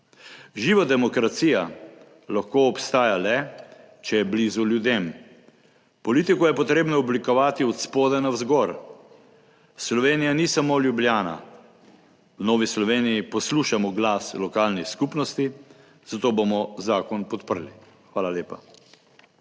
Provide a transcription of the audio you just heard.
Živa demokracija lahko obstaja le, če je blizu ljudem. Politiko je potrebno oblikovati od spodaj navzgor. Slovenija ni samo Ljubljana, v Novi Sloveniji poslušamo glas lokalnih skupnosti, zato bomo zakon podprli. Hvala lepa.